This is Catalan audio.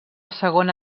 segona